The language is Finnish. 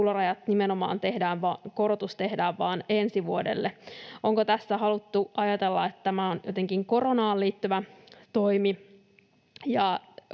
korotus nimenomaan tehdään vain ensi vuodelle? Onko tässä haluttu ajatella, että tämä on jotenkin koronaan liittyvä toimi?